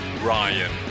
ryan